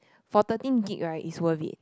for thirteen gig right it's worth it